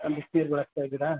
ಬಿಸ್ನೀರು ಬಳಸ್ತಾ ಇದ್ದೀರಾ